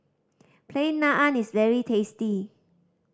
Plain Naan is very tasty